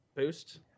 boost